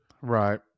right